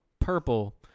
purple